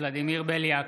ולדימיר בליאק,